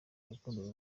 urukundo